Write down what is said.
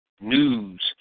news